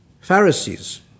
Pharisees